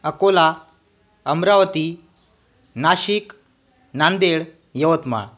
Akola Amravati Nashik Nanded Yavatmal